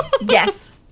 yes